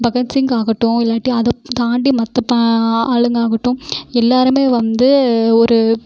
பகத்சிங் ஆகட்டும் இல்லாட்டி அதை தாண்டி மற்ற பா ஆளுங்கள் ஆகட்டும் எல்லாேருமே வந்து ஒரு